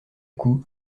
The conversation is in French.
coup